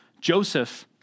Joseph